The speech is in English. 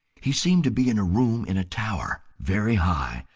he seemed to be in a room in a tower, very high,